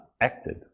acted